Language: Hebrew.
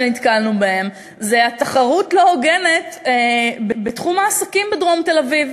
שנתקלנו בהן היא תחרות לא הוגנת בתחום העסקים בדרום תל-אביב.